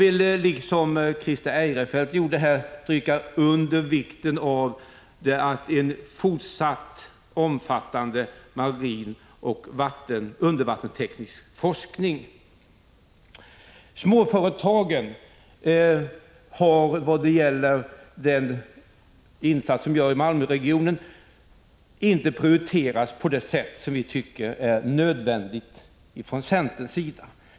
I likhet med Christer Eirefelt vill också jag stryka under vikten av en fortsatt omfattande marinoch undervattensteknisk forskning. Vad gäller den insats som görs i Malmöregionen har småföretagen enligt centerns uppfattning inte prioriterats i erforderlig utsträckning.